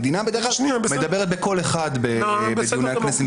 המדינה בדרך כלל אני מדברת בקול אחד בדיוני הכנסת,